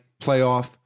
playoff